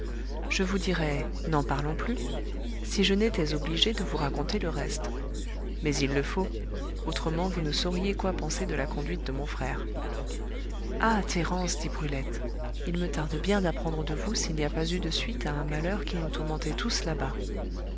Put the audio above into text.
je vous dirais n'en parlons plus si je n'étais obligée de vous raconter le reste mais il le faut autrement vous ne sauriez quoi penser de la conduite de mon frère ah thérence dit brulette il me tarde bien d'apprendre de vous s'il n'y a pas eu de suites à un malheur qui nous tourmentait tous là-bas